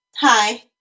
Hi